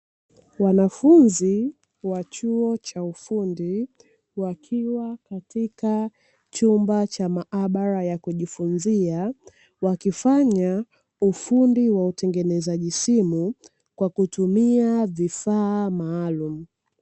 Wanafunzi wa chuo cha ufundi, wakiwa katika chumba cha maabara ya kujifunzia, wakifanya ufundi wa utengenezaji simu kwa kutumia vifaa maalamu.